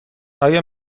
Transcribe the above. آیا